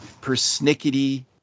persnickety